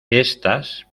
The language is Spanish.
estas